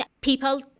people